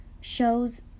shows